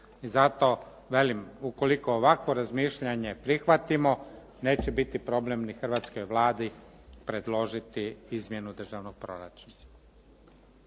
I zato velim ukoliko ovakvo razmišljanje prihvatimo neće biti problem niti hrvatskoj Vladi predložiti izmjenu državnog proračuna.